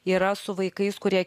yra su vaikais kurie